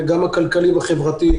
גם הכלכלי והחברתי,